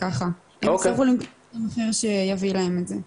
זה נכון,